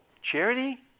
charity